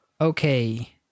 okay